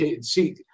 See